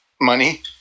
money